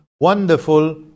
wonderful